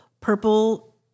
Purple